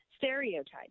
stereotypes